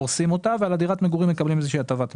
הורסים אותה ועל דירת המגורים מקבלים איזושהי הטבת מס.